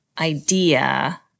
idea